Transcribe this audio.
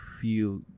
feel